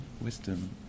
wisdom